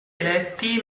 eletti